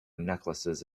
necklaces